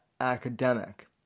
Academic